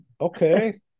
Okay